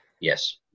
Yes